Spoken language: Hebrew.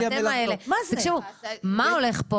מה הולך פה?